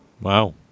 Wow